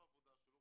העבודה שלו.